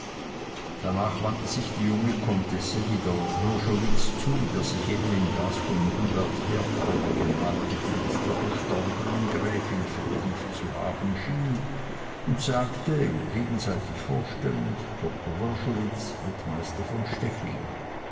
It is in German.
danach wandte sich die junge comtesse wieder wrschowitz zu der sich eben in das von hubert herkomer gemalte bild der verstorbenen gräfin vertieft zu haben schien und sagte gegenseitig vorstellend doktor wrschowitz rittmeister von stechlin